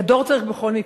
גדר צריך בכל מקרה.